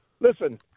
Listen